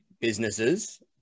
businesses